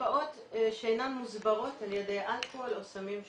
השפעות שאינן מוסברות על ידי אלכוהול או סמים שהשתמשו.